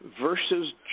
versus